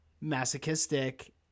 masochistic